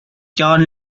john